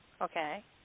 Okay